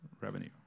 revenue